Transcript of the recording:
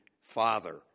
Father